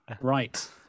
Right